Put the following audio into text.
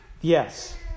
yes